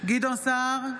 גדעון סער,